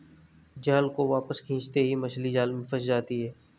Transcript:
जाल को वापस खींचते ही मछली जाल में फंस जाती है